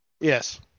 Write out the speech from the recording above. Yes